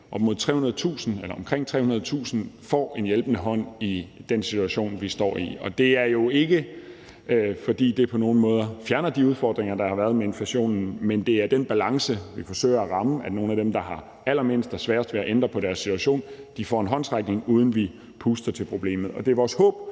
omkring 300.000 får en hjælpende hånd i den situation, vi står i. Og det er jo ikke, fordi det på nogen måder fjerner de udfordringer, der har været med inflationen, men det er den balance, vi forsøger at ramme, altså at nogle af dem, der har allermindst og sværest ved at ændre på deres situation, får en håndsrækning, uden at vi puster til problemet, og det er vores håb